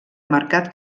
marcat